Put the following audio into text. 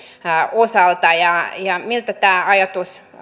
osalta ja miltä tämä ajatus